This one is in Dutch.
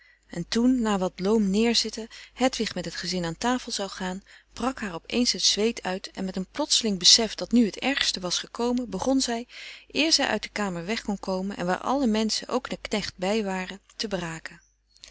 meren des doods wat loom neerzitten hedwig met het gezin aan tafel zou gaan brak haar op eens het zweet uit en met een plotseling besef dat nu het ergste was gekomen begon zij eer zij uit de kamer weg kon komen en waar alle menschen ook de knecht bij waren te braken